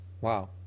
Wow